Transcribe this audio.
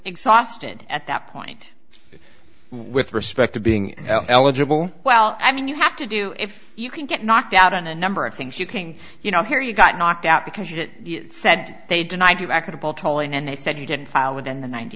exhausted at that point with respect to being eligible well i mean you have to do if you can get knocked out on a number of things you can you know here you got knocked out because you said they denied you back a couple tolling and they said you didn't file within the ninety